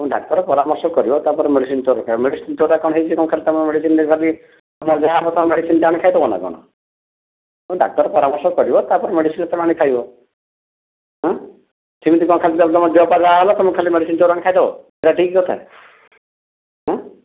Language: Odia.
ଡାକ୍ତର ପରାମର୍ଶ କରିବ ତା' ପରେ ମେଡିସିନ୍ ଖାଲି ତୁମେ ମେଡିସିନ୍ଟେ ଖାଲି ତୁମର ଯାହା ହେବ ତୁମେ ମେଡିସିନ୍ଟେ ଆଣିକି ଖାଇଦେବ ନା କ'ଣ ତୁମେ ଡାକ୍ତର ପରାମର୍ଶ କରିବ ତା' ପରେ ମେଡିସିନ୍ ତୁମେ ଆଣିକି ଖାଇବ ହାଁ ସେମିତି କ'ଣ ଖାଲି ତୁମର ଦେହପାହା ଯାହା ହେଲା ତୁମେ ଖାଲି ମେଡିସିନ୍ଟେ ଆଣିକି ଖାଇଦେବ ଏଇଟା ଠିକ୍ କଥା ଆଁ